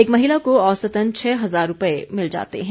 एक महिला को औसतन छह हजार रुपए मिल जाते हैं